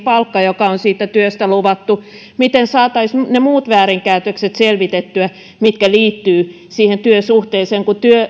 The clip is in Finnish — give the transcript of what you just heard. myös palkka joka on siitä työstä luvattu miten saataisiin ne muut väärinkäytökset selvitettyä mitkä liittyvät siihen työsuhteeseen kun